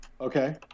Okay